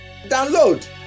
Download